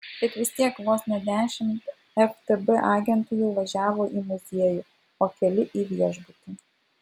bet vis tiek vos ne dešimt ftb agentų jau važiavo į muziejų o keli į viešbutį